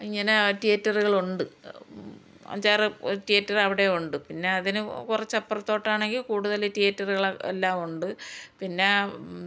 ഇങ്ങനെ തീയേറ്ററുകളുണ്ട് അഞ്ചാറു തിയേറ്റർ അവിടെയുണ്ട് പിന്നെ അതിന് കുറച്ചപ്പുറത്തോട്ടാണെങ്കിൽ കൂടുതൽ തിയേറ്ററുകൾ എല്ലാം ഉണ്ട് പിന്നെ